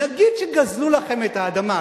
נגיד שגזלו לכם את האדמה,